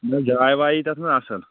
نہ جاۓ واۓ یتیٚتھ بنہِ اصٕل